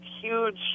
huge